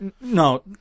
no